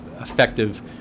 effective